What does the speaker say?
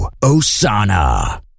osana